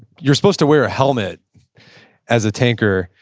you're supposed to wear a helmet as a tanker.